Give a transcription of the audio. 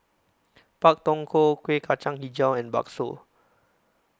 Pak Thong Ko Kueh Kacang Hijau and Bakso